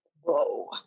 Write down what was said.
Whoa